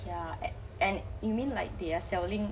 ya a~ and you mean like they are selling